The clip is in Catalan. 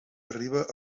arribe